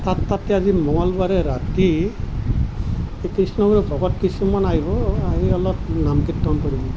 তাৰ তাতে আজি মংগলবাৰে ৰাতি কৃষ্ণগুৰু ভকত কিছুমান আহিব আমি অলপ নাম কীৰ্তন কৰিম